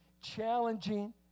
challenging